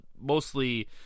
mostly